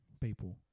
people